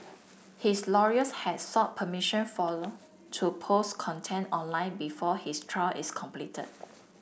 his lawyers had sought permission for to post content online before his trial is completed